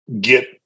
get